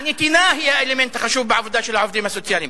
הנתינה היא האלמנט החשוב בעבודה של העובדים הסוציאליים.